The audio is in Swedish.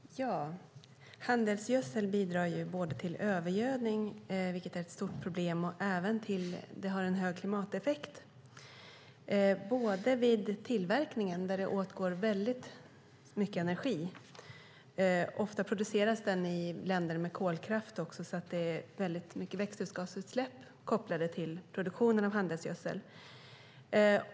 Fru talman! Handelsgödsel bidrar till övergödning, vilket är ett stort problem, och har även stor klimateffekt vid tillverkning då det går åt mycket energi. Ofta produceras den dessutom i länder med kolkraft, så det är stora växthusgasutsläpp kopplade till produktionen av handelsgödsel.